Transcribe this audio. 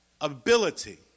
ability